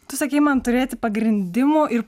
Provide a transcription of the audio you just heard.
tu sakei man turėti pagrindimų ir